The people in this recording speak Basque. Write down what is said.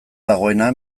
dagoena